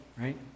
right